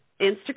Instagram